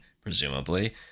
presumably